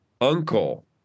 uncle